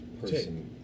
person